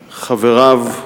חבריו,